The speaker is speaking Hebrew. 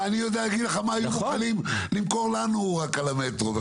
אני יודע להגיד לך מה היו מוכנים למכור לנו רק על המטרו.